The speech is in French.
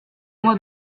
moi